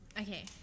Okay